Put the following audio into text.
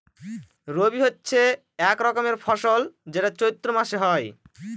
রবি হচ্ছে এক রকমের ফসল যেটা চৈত্র মাসে হয়